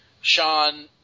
Sean